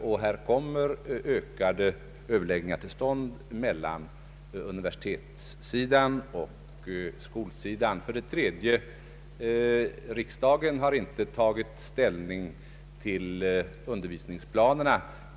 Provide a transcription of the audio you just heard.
Överläggningar härom skall komma till stånd mellan universitetssidan och skolsidan. Riksdagen har inte tagit ställning till undervisningsplanerna.